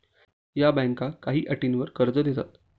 या बँका काही अटींवर कर्ज देतात